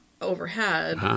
overhead